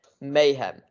mayhem